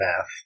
math